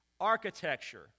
architecture